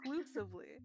exclusively